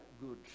good